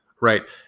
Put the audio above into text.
right